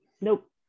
Nope